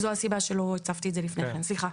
זו הסיבה שלא הצפתי את זה לפני כן.